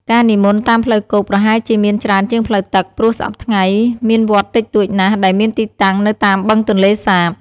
ការនិមន្តតាមផ្លូវគោកប្រហែលជាមានច្រើនជាងផ្លូវទឹក ព្រោះសព្វថ្ងៃមានវត្តតិចតួចណាស់ដែលមានទីតាំងនៅតាមបឹងទន្លេសាប។